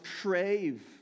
crave